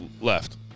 left